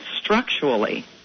structurally